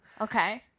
Okay